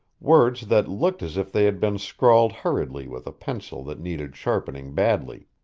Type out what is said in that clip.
words that looked as if they had been scrawled hurriedly with a pencil that needed sharpening badly.